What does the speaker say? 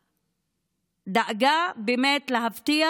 דאגה באמת להבטיח,